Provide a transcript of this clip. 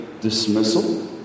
dismissal